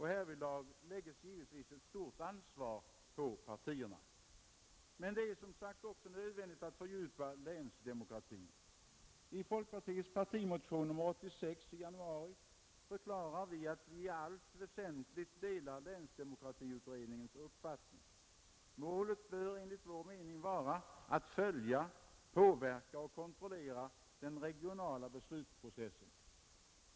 Härvidlag lägges givetvis ett stort ansvar på partierna. Men det är, som sagt, också nödvändigt att fördjupa länsdemokratin. I folkpartiets partimotion nr 86 i januari förklarar vi att vi i allt väsentligt delar länsdemokratiutredningens uppfattning. Målet bör enligt vår mening vara att följa, påverka och kontrollera den regionala beslutsprocessen.